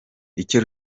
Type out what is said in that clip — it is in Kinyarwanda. icyo